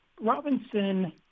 Robinson